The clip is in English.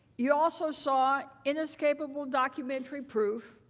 you also saw in escapable documentary proof